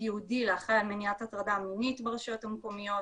ייעודי לאחראי על מניעת הטרדה מינית ברשויות המקומיות.